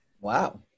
Wow